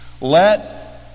Let